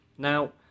Now